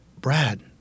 Brad